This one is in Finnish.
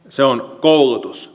se on koulutus